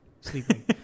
sleeping